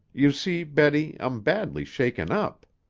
you see, betty, i'm badly shaken up.